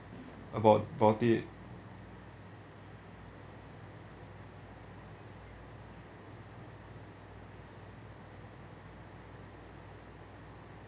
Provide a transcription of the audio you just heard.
about about it